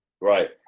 Right